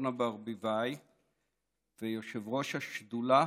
אורנה ברביבאי ויושבת-ראש השדולה